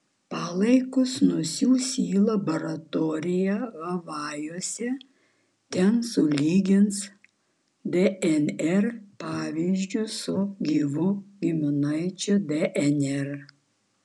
palaikus nusiųs į laboratoriją havajuose ten sulygins dnr pavyzdžius su gyvų giminaičių dnr